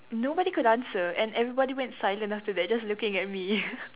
nobody could answer and everybody went silent after that just looking at me